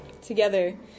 together